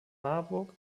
marburg